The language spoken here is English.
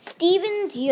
Steven's